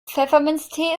pfefferminztee